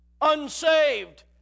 unsaved